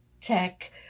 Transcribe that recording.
tech